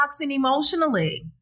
emotionally